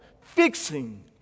Fixing